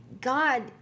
God